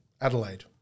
Adelaide